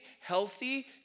healthy